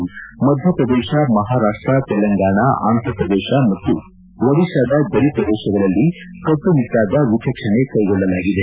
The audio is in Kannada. ಇನ್ನು ಮಧ್ಯಪ್ರದೇಶ ಮಹಾರಾಷ್ಟ ತೆಲಂಗಾಣ ಆಂಧಪ್ರದೇಶ ಮತ್ತು ಓಡಿತಾದ ಗಡಿ ಪ್ರದೇಶಗಳಲ್ಲಿ ಕಟ್ಟುನಿಟ್ಲಾದ ವಿಚಕ್ಷಣೆ ಕ್ಕೆಗೊಳ್ಳಲಾಗಿದೆ